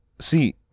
See